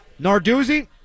Narduzzi